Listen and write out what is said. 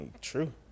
true